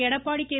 Edappadi K